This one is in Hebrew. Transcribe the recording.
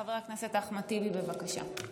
חבר הכנסת אחמד טיבי, בבקשה.